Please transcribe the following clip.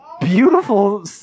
beautiful